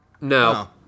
No